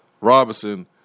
Robinson